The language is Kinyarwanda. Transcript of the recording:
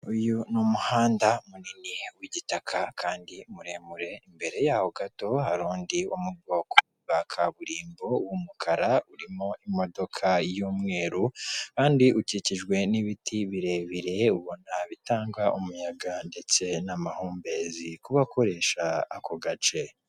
Uyu ni umuhanda munini w'igitaka kandi muremure imbere yaho gato hari undi wo mu bwoko bwa kaburimbo w'umukara urimo imodoka y'umweru kandi ukikijwe n'ibiti birebire ubona bitanga umuyaga ndetse n'amahumbezi ku bakoresha ako gace.